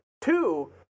two